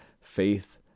faith